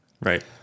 Right